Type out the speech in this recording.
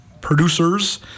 producers